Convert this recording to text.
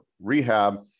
rehab